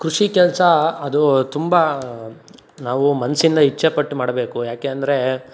ಕೃಷಿ ಕೆಲಸ ಅದು ತುಂಬ ನಾವು ಮನಸಿಂದ ಇಚ್ಛೆಪಟ್ಟು ಮಾಡಬೇಕು ಯಾಕೆ ಅಂದರೆ